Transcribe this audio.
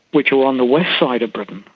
which are on the west side of britain,